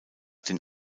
den